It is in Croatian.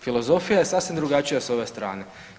Filozofija je sasvim drugačija s ove strane.